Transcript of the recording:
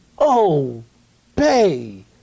Obey